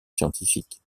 scientifique